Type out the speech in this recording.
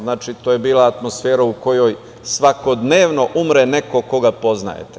Znači, to je bila atmosfera kojoj svakodnevno umre neko koga poznajete.